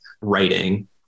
writing